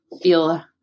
feel